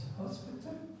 hospital